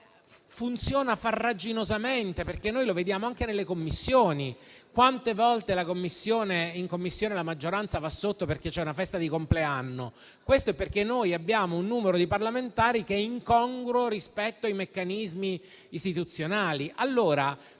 funziona farraginosamente, come vediamo anche nelle Commissioni: quante volte in Commissione la maggioranza va sotto, perché c'è una festa di compleanno? Questo accade perché abbiamo un numero di parlamentari incongruo rispetto ai meccanismi istituzionali.